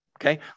Okay